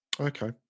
Okay